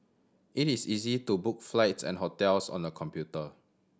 it is easy to book flights and hotels on the computer